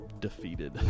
defeated